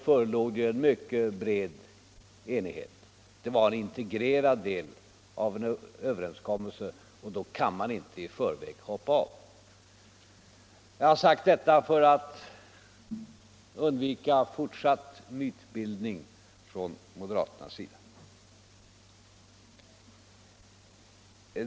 förelåg en mycket bred enighet. Det var en integrerad del av överenskommelsen, och då kan man inte i förväg hoppa av. Jag har sagt detta för att undvika fortsatt mytbildning från moderaternas sida.